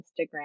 Instagram